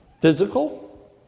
Physical